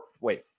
wait